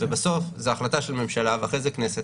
בסוף זאת החלטה של ממשלה ואחרי זה כנסת.